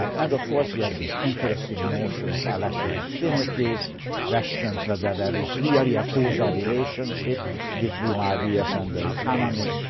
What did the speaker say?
and, of course, he has this interesting notion of elective affinity questions whether there is really a causal relationship between ideas and economy.